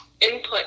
input